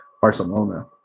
Barcelona